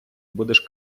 будеш